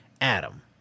Adam